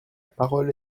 parole